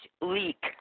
leak